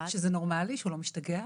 שזה נורמאלי, שהוא לא משתגע